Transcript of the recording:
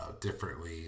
differently